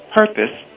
purpose